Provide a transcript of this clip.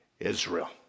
Israel